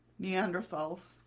Neanderthals